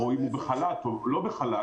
-- או אם הוא בחל"ת או לא בחל"ת,